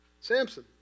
Samson